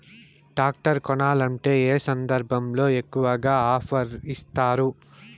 Tractor కొనాలంటే ఏ సందర్భంలో ఎక్కువగా ఆఫర్ ఇస్తారు?